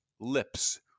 lips